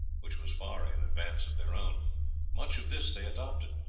which was far in advance of their own much of this they adopted.